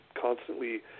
constantly